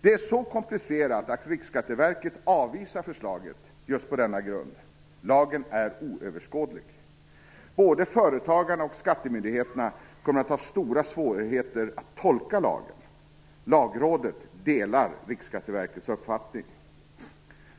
Det är så komplicerat att Riksskatteverket avvisar förslaget just på denna grund. Lagen är för oöverskådlig. Både företagarna och skattemyndigheterna kommer att ha stora svårigheter att tolka lagen. Lagrådet delar Riksskatteverkets uppfattning.